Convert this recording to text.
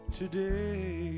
today